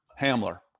Hamler